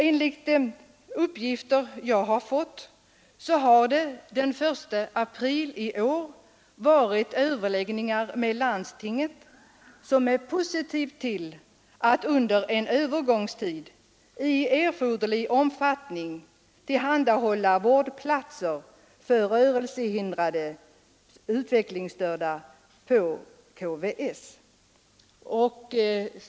Enligt uppgifter har det den 1 april i år förts överläggningar med landstinget, som är positivt till att under en övergångstid i erforderlig omfattning tillhandahålla vårdplatser för rörelsehindrade utvecklingsstörda på KVS.